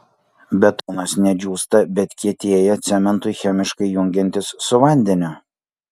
betonas ne džiūsta bet kietėja cementui chemiškai jungiantis su vandeniu